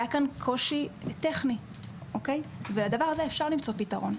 היה כאן קושי טכני ולדבר הזה אפשר למצוא פתרון.